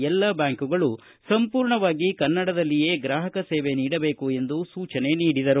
ಎಲ್ಲ ಬ್ಯಾಂಕುಗಳು ಸಂಪೂರ್ಣವಾಗಿ ಕನ್ನಡದಲ್ಲಿಯೇ ಗ್ರಾಹಕ ಸೇವೆ ನೀಡಬೇಕು ಎಂದು ಸೂಚನೆ ನೀಡಿದರು